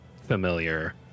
familiar